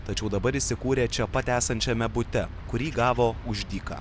tačiau dabar įsikūrė čia pat esančiame bute kurį gavo už dyką